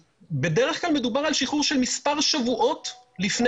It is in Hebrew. בדרך כלל מדובר על שחרור של מספר שבועות לפני